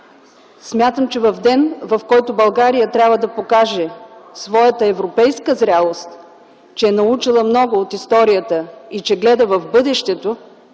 Смятам, че в ден, в който България трябва да покаже своята европейска зрялост, че е научила много от историята и че гледа в бъдещето,